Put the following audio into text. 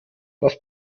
das